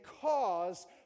cause